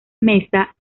mesa